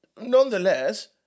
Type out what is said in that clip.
nonetheless